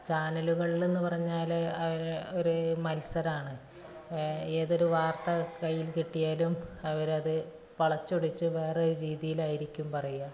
ചാനലുകളിലെന്ന് പറഞ്ഞാൽ അവർ ഒരു മത്സരമാണ് ഏതൊരു വാർത്ത കയ്യിൽ കിട്ടിയാലും അവർ അത് വളച്ചൊടിച്ച് വേറെ ഒരു രീതിയിലായിരിക്കും പറയുക